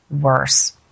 worse